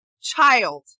child